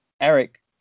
Eric